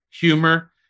humor